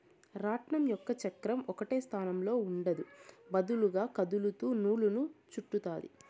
రాట్నం యొక్క చక్రం ఒకటే స్థానంలో ఉండదు, వదులుగా కదులుతూ నూలును చుట్టుతాది